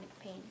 pain